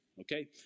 Okay